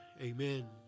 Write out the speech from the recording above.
amen